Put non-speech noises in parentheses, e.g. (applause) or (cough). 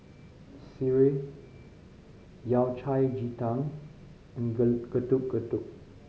Sireh Yao Cai Ji Tang and (unintelligible) Getuk Getuk